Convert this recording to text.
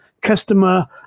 customer